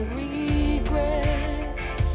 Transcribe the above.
regrets